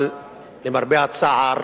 אבל למרבה הצער